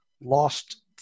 lost